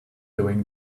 doing